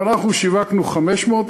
אנחנו שיווקנו 500,